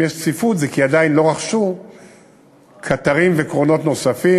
אם יש צפיפות זה כי עדיין לא רכשו קטרים וקרונות נוספים.